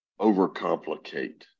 overcomplicate